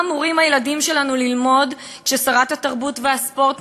מה אמורים הילדים שלנו ללמוד כששרת התרבות והספורט